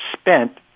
spent